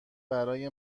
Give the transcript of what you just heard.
برای